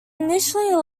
initially